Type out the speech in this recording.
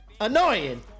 Annoying